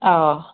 ꯑꯥꯎ